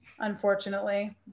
Unfortunately